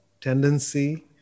tendency